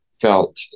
felt